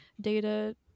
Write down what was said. Data